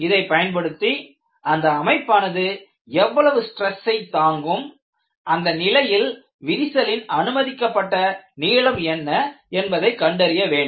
இதை பயன்படுத்தி அந்த அமைப்பானது எவ்வளவு ஸ்ட்ரெஸ்ஸை தாங்கும் அந்த நிலையில் விரிசலின் அனுமதிக்கப்பட்ட நீளம் என்ன என்பதை கண்டறிய வேண்டும்